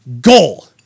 goal